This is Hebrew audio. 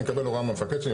אני אקבל הוראה מהמפקד שלי,